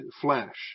flesh